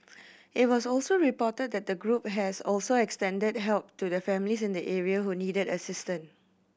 it was also reported that the group has also extended help to families in the area who needed assistance